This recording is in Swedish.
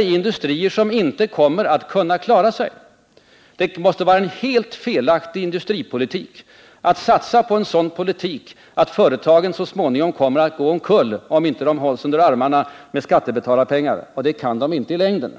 i industrier som inte kommer att klara sig. Det måste vara en helt felaktig industripolitik att satsa på en sådan politik att företagen så småningom kommer att gå omkull, om de inte hålls under armarna med skattebetalarnas pengar — och det kan de inte i längden.